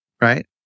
right